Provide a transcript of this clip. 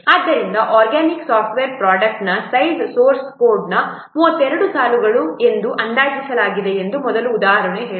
ಆದ್ದರಿಂದ organic software ಪ್ರೊಡಕ್ಟ್ನ size source ಕೋಡ್ನ 32 ಸಾಲುಗಳು ಎಂದು ಅಂದಾಜಿಸಲಾಗಿದೆ ಎಂದು ಮೊದಲ ಉದಾಹರಣೆ ಹೇಳುತ್ತದೆ